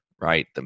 right